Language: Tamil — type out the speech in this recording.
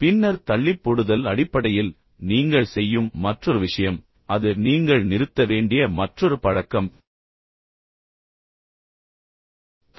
பின்னர் தள்ளிப்போடுதல் அடிப்படையில் நீங்கள் செய்யும் மற்றொரு விஷயம் அது நீங்கள் நிறுத்த வேண்டிய மற்றொரு பழக்கம்